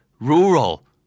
rural